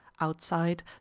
Outside